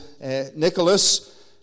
Nicholas